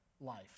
life